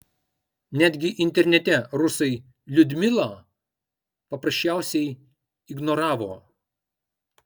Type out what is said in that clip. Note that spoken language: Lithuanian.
netgi internete rusai liudmilą paprasčiausiai ignoravo